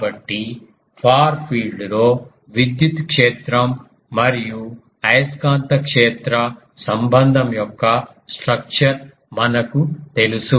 కాబట్టి far field లో విద్యుత్ క్షేత్రం మరియు అయస్కాంత క్షేత్ర సంబంధం యొక్క స్ట్రక్చర్ మనకు తెలుసు